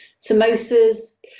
Samosas